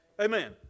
Amen